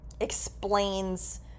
explains